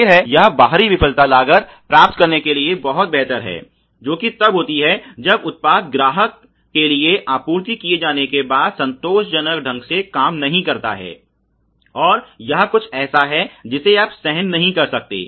जाहिर है यह बाहरी विफलता लागत प्राप्त करने से बहुत बेहतर है जो कि तब होती है जब उत्पाद ग्राहक के लिए आपूर्ति किए जाने के बाद संतोषजनक ढंग से काम नहीं करता है और यह कुछ ऐसा है जिसे आप सहन नहीं कर सकते